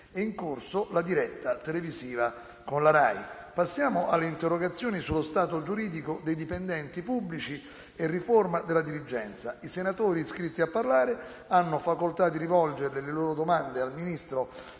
è in corso la diretta televisiva della RAI. Passiamo dunque alle interrogazioni sullo stato giuridico dei dipendenti pubblici e la riforma della dirigenza. I senatori hanno facoltà di rivolgere le loro domande al Ministro